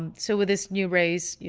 and so with this new raise, you